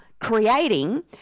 creating